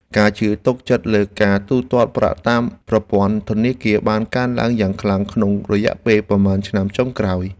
ការជឿទុកចិត្តលើការទូទាត់ប្រាក់តាមប្រព័ន្ធធនាគារបានកើនឡើងយ៉ាងខ្លាំងក្នុងរយៈពេលប៉ុន្មានឆ្នាំចុងក្រោយ។